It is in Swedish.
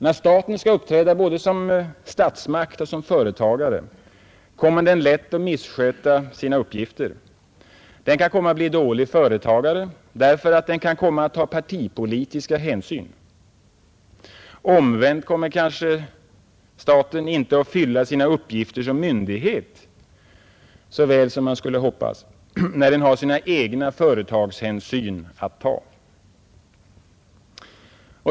När staten skall uppträda både som statsmakt och som företagare kommer den lätt att missköta båda uppgifterna. Den kommer att bli dålig företagare därför att den kan komma att ta partipolitiska hänsyn. Omvänt kommer kanske staten inte att fylla sina uppgifter som myndighet så väl när den har sina egna företagshänsyn att ta.